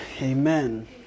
Amen